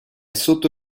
sotto